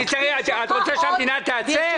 את רוצה שהמדינה תיעצר.